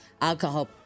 alcohol